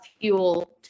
fuel